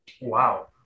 Wow